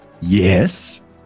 Yes